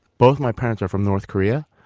both my parents are from north korea,